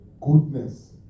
goodness